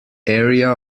area